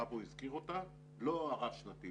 שאבו הזכיר אותה לא הרב-שנתי,